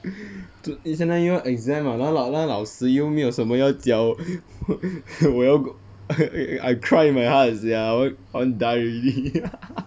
就现在又要 exam liao 那老那老师又没有什么要教 我要 I cry in my heart sia I want die already